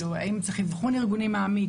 האם צריך אבחון ארגוני מעמיק,